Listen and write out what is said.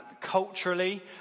Culturally